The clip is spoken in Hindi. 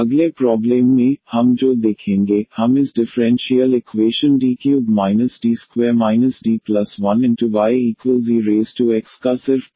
yc1exc2e2x12e3x अगले प्रॉब्लेम में हम जो देखेंगे हम इस differential equation D3 D2 D1yex का सिर्फ पर्टिकुलर सोल्यूशन पाएंगे